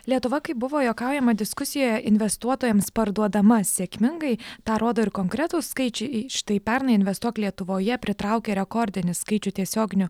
lietuva kaip buvo juokaujama diskusijoje investuotojams parduodama sėkmingai tą rodo ir konkretūs skaičiai štai pernai investuok lietuvoje pritraukė rekordinį skaičių tiesioginių